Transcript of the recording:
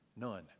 none